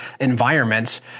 environments